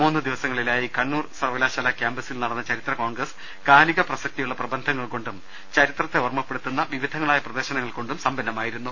മുന്നൂ ദിവസങ്ങളിലായി കണ്ണൂർ യൂണിവേഴ്സിറ്റി ക്യാമ്പസിൽ നടന്ന ചരിത്ര കോൺഗ്രസ്സ് കാലിക പ്രസക്തിയുള്ള പ്രബന്ധങ്ങൾ കൊണ്ടും ചരിത്രത്തെ ഓർമ്മപ്പെടുത്തുന്ന വിവിധങ്ങളായ പ്രദർശനങ്ങൾ കൊണ്ടും സമ്പന്നമായിരുന്നു